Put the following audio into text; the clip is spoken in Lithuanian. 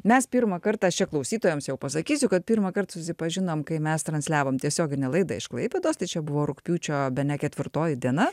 mes pirmą kartą aš čia klausytojams jau pasakysiu kad pirmąkart susipažinom kai mes transliavom tiesioginę laidą iš klaipėdos tai čia buvo rugpjūčio bene ketvirtoji diena